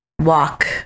walk